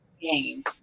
game